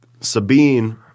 Sabine